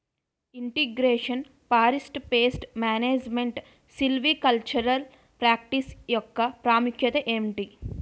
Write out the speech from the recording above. integration forest pest management silvicultural practice యెక్క ప్రాముఖ్యత ఏంటి